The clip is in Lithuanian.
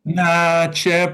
na čia